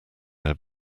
had